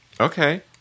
Okay